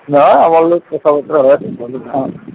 নাই আপোনাৰ লগত কথা বতৰা হোৱা নাই বহুদিন অঁ